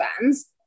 fans